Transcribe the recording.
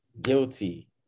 guilty